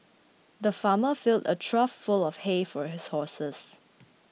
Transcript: the farmer filled a trough full of hay for his horses